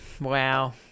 Wow